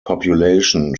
population